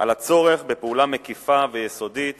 על הצורך בפעולה מקיפה ויסודית